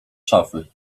szafy